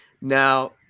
Now